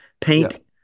Paint